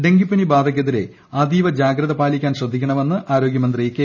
ഡെങ്കിപ്പനി ബാധയ്ക്കെതിരെ അതീവ ജാഗ്രതാ പാലിക്കാൻ ശ്രദ്ധിക്കണമെന്ന് മന്ത്രി കെ